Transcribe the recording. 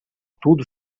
tudo